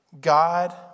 God